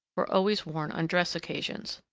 were always worn on dress occasions.